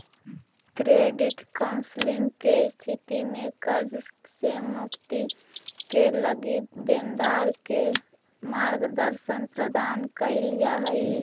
credit counselling के स्थिति में कर्ज से मुक्ति क लगी देनदार के मार्गदर्शन प्रदान कईल जा हई